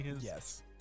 Yes